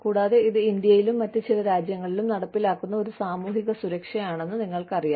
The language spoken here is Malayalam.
കൂടാതെ ഇത് ഇന്ത്യയിലും മറ്റ് ചില രാജ്യങ്ങളിലും നടപ്പിലാക്കുന്ന ഒരു സാമൂഹിക സുരക്ഷയാണെന്ന് നിങ്ങൾക്കറിയാം